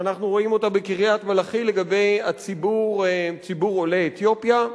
שאנחנו רואים אותה בקריית-מלאכי לגבי ציבור עולי אתיופיה,